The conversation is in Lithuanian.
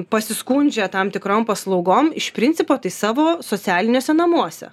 pasiskundžia tam tikrom paslaugom iš principo tai savo socialiniuose namuose